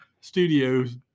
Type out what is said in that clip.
studios